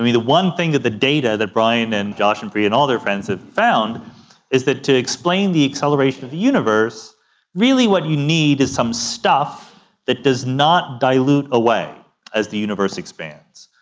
the the one thing that the data that brian and josh and priya and all their friends have found is that to explain the acceleration of the universe really what you need is some stuff that does not dilute away as the universe expands.